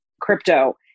crypto